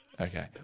Okay